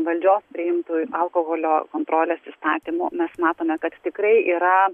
valdžios priimtų alkoholio kontrolės įstatymu mes matome kad tikrai yra